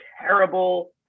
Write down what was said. terrible